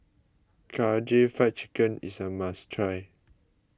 Karaage Fried Chicken is a must try